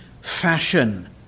fashion